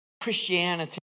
Christianity